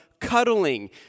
cuddling